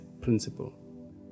principle